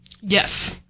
Yes